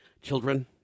children